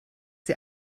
sie